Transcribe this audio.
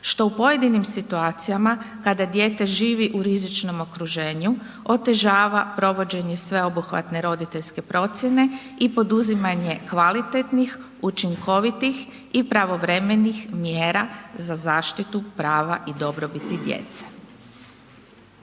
što u pojedinim situacijama, kada dijete živi u rizičnom okruženju, otežava provođenje sveobuhvatne roditeljske procjene i poduzimanje kvalitetnih, učinkovitih i pravovremenih mjera za zaštitu prava i dobrobiti djece.